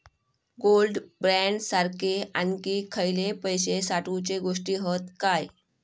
Gold bond सारखे आणखी खयले पैशे साठवूचे गोष्टी हत काय?